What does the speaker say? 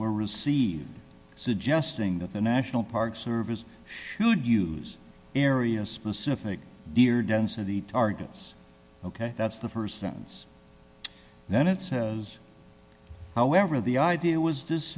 were received suggesting that the national park service should use area specific deer density targets ok that's the st sentence then it says however the idea was